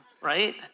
right